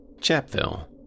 Chapville